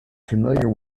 familiar